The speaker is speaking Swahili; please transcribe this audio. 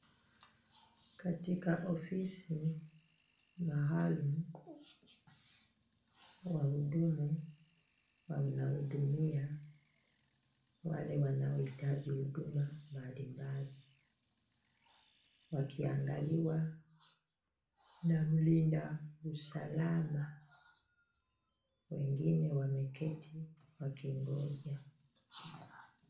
Katika ofisi maalum, wahudumu wanahudumia wale wanaohitaji huduma mbalimbali, wakiangaliwa na mlinda usalama. Wengine wameketi wakingonja.